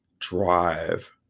drive